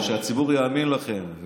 ושהציבור יאמין לכם,